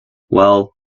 well